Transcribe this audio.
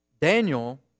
Daniel